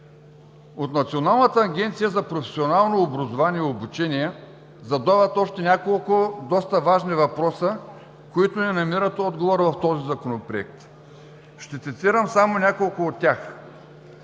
От Националната агенция за професионално образование и обучение задават още няколко доста важни въпроса, които не намират отговор в този Законопроект. Ще цитирам само няколко от тях: